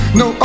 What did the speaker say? no